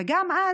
וגם אז,